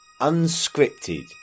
unscripted